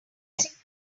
things